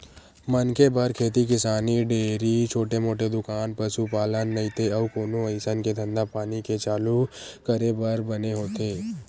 मनखे बर खेती किसानी, डेयरी, छोटे मोटे दुकान, पसुपालन नइते अउ कोनो अइसन के धंधापानी के चालू करे बर बने होथे